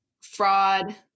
fraud